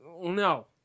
No